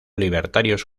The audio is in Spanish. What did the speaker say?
libertarios